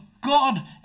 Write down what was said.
God